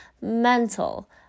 mental